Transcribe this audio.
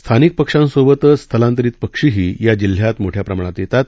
स्थानिकपक्ष्यांसोबतचस्थलांतरितपक्षीहीयाजिल्ह्यातमोठ्याप्रमाणातयेतात